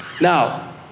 Now